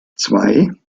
zwei